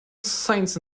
saints